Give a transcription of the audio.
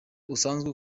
usanzwe